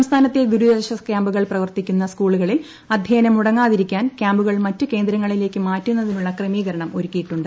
സംസ്ഥാനത്തെ ദുരിതാശ്വാസ ക്യാമ്പുകൾ പ്രവർത്തിക്കുന്ന സ്കൂളുകളിൽ അധ്യയനം മുടങ്ങാതിരിക്കാൻ ക്യാമ്പുകൾ മറ്റ് കേന്ദ്രങ്ങളിലേയ്ക്ക് മാറ്റുന്നതിനുള്ള ക്രമീകരണം ഒരുക്കിയിട്ടുണ്ട്